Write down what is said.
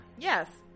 Yes